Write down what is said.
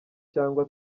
cyangwa